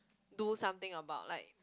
do something about like